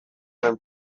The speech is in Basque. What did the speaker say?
den